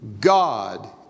God